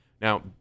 Now